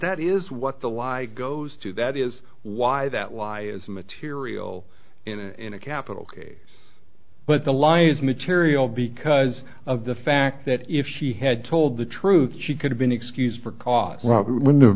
that is what the lie goes to that is why that lie is material in a capital case but the lie is material because of the fact that if she had told the truth she could have been excused for cause when the